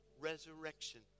resurrection